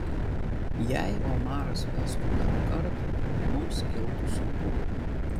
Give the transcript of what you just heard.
jei omaras vestų dar kartą mums kiltų sunkumų